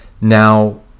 now